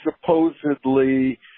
supposedly